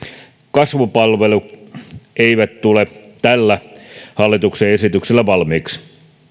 kasvupalvelut eivät tule tällä hallituksen esityksellä valmiiksi